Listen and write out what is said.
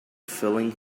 feeling